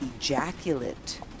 ejaculate